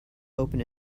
open